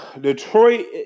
Detroit